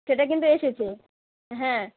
সেটা কিন্তু এসেছে হ্যাঁ